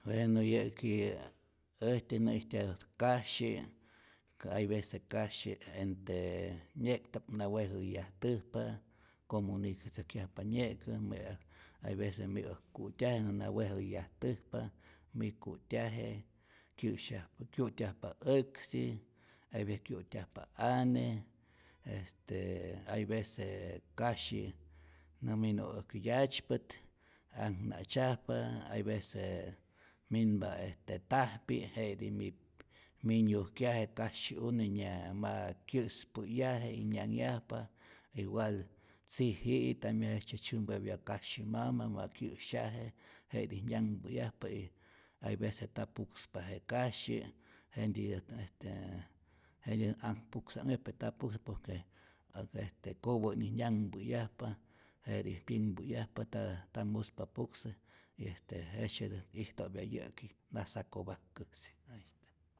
Bueno yä'ki yä äjtyät nä'ijtyajutät kasyi, hay vece kasyi entre nye'kta'p na wejäyajtäjpa comunicatzäjkyjapa nye'kä, hay vece mi'äk ku'tyaje näna wejäyajtäjpa. mi ku'tyaje kyä'syajpa kyu'tyajpa äksi, hay vece kyu'tyajpa ane, este hay vece kasyi nä minu'ak yatzypät aknatzyajpa, hay vece minpa este tajpi jetij mi mi nyujkyaje kasyi'une' nya ma kyä'spä'yaje nyanhyajpa, igual tziji'i tambien jejtzye tzyämpopya kasyimama ma kya'syaje jetij nyanhpäyajpa, y hay vece nta pukspa je kasyi jentyität este ak puksa'nhäpya pe nta pukspa por que kopä'ni nyanhpäyajpa, jetij pyinhpäyajpa nta nta mjuspa puksä y este jejtzyetät ijtyo'pya yä'ki nasakopak'käsi, asi.